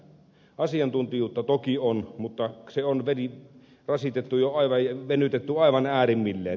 asiantuntijuutta toki on mutta se on venytetty aivan äärimmilleen